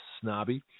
snobby